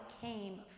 came